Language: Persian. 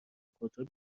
خودرو